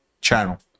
channel